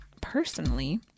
personally